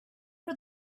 for